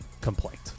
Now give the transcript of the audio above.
complaint